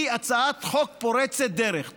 היא הצעת חוק פורצת דרך.